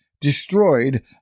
destroyed